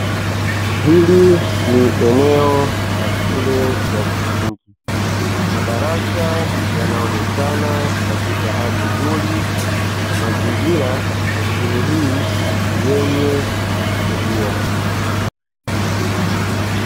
Hili ni eneo la shule ya msingi. Madarasa yanaonekana katika hali nzuri, na mazingira ya shule hii ni yenye kuvutia.